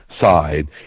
side